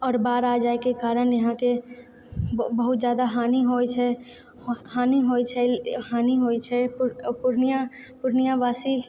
आओर बाढ़ आ जाएके कारण यहाँके बहुत जादा हानि होइ छै हानि होइ छै हानि होइ छै पूर्णिया पूर्णिया बासी